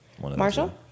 Marshall